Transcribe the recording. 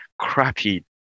crappy